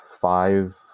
five